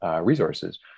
resources